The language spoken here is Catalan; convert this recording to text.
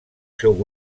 seu